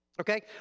okay